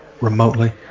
remotely